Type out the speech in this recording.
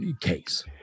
case